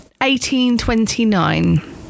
1829